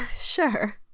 Sure